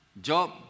Job